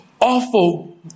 awful